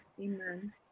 Amen